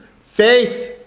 faith